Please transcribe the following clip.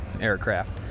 aircraft